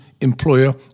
employer